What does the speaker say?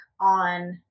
on